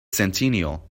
centennial